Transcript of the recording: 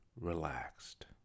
relaxed